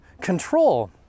control